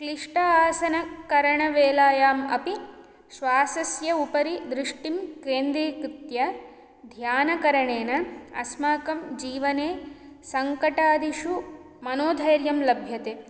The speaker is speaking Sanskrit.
क्लिष्ट आसनकरणवेलायाम् अपि श्वासस्य उपरि दृष्टिं केन्दिकृत्य ध्यानकरणेन अस्माकं जीवने सङ्कटादिषु मनोधैर्यं लभ्यते